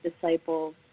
disciples